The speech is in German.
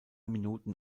minuten